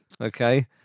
Okay